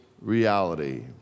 reality